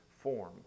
form